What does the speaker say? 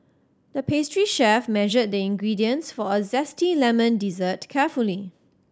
the pastry chef measured the ingredients for a zesty lemon dessert carefully